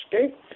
Okay